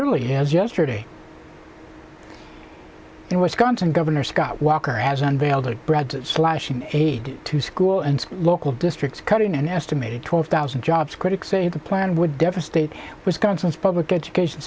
early as yesterday and wisconsin governor scott walker has unveiled a broad slashing aid to school and local districts cut in an estimated twelve thousand jobs critics say the plan would devastate wisconsin's public education